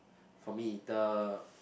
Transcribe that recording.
for me the